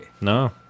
No